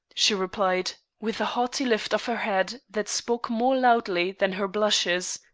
she replied, with a haughty lift of her head that spoke more loudly than her blushes.